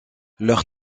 leur